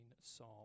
Psalm